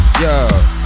yo